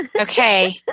Okay